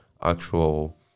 actual